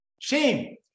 shame